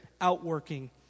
outworking